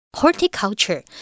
horticulture